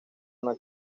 una